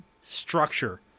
structure